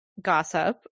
gossip